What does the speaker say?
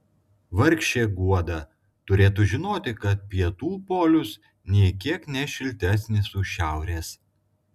vargšė guoda turėtų žinoti kad pietų polius nė kiek ne šiltesnis už šiaurės